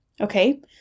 Okay